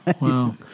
Wow